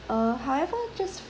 err however just